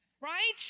Right